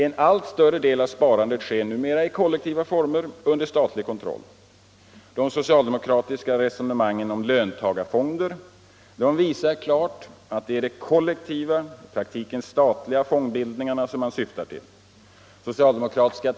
En allt större del av sparandet sker numera i kollektiva former under statlig kontroll. De socialdemokratiska resonemangen om löntagarfonder visar klart att det är de kollektiva, i praktiken statliga, fondbildningarna som man syftar till.